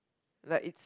like its